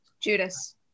Judas